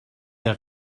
der